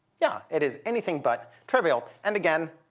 yeah, it is anything but trivial. and again,